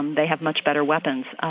um they have much better weapons.